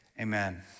amen